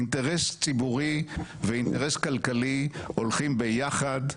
אינטרס ציבורי ואינטרס כלכלי הולכים ביחד.